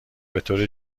بطور